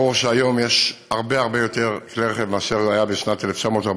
ברור שהיום יש הרבה הרבה יותר כלי רכב מאשר היו בשנת 1948,